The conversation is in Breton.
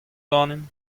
ganin